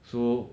so